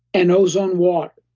and ozone water,